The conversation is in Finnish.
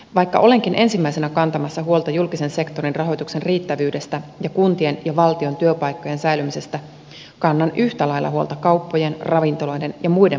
vaikka olenkin ensimmäisenä kantamassa huolta julkisen sektorin rahoituksen riittävyydestä ja kuntien ja valtion työpaikkojen säilymisestä kannan yhtä lailla huolta kauppojen ravintoloiden ja muiden palvelutyöpaikkojen kohtalosta